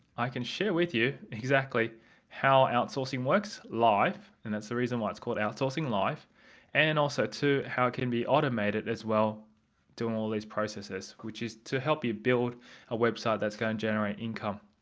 i can share with you exactly how outsourcing works live and that's the reason why it's called outsourcing live and also too how can it be automated as well doing all these processes which is to help you build a website that's going to generate income.